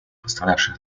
пострадавших